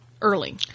early